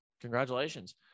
Congratulations